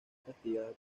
castigada